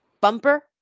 Bumper